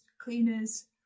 cleaners